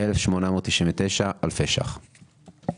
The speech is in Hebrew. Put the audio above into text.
1,899 אלפי ₪.